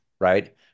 right